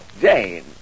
Jane